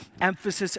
emphasis